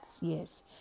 Yes